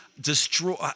destroy